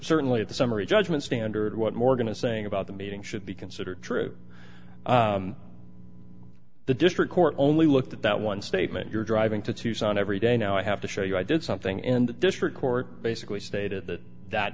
certainly the summary judgment standard what morgan is saying about the meeting should be considered true the district court only looked at that one statement you're driving to tucson every day now i have to show you i did something and the district court basically stated that